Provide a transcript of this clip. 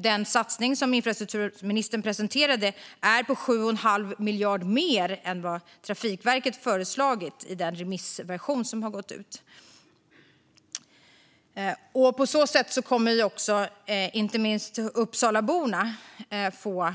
Den satsning som infrastrukturministern presenterade är på 7 1⁄2 miljard mer än vad Trafikverket föreslagit i den remissversion som gått ut. På det här sättet kommer inte minst Uppsalaborna att få